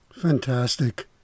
fantastic